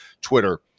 Twitter